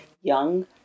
young